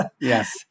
Yes